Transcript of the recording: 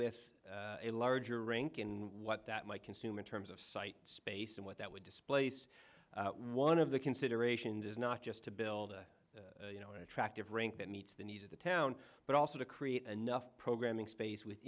with a larger rink in what that might consume in terms of site space and what that would displace one of the considerations is not just to build you know attractive rink that meets the needs of the town but also to create enough programming space with